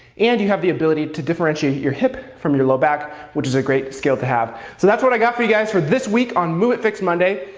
and you have the ability to differentiate your hip from your low back, which is a great skill to have. so that's what i got for you guys for this week on movement fix monday.